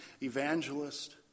evangelist